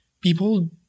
people